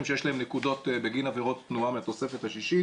שיש להם נקודות בגין עבירות תנועה מהתוספת השישית.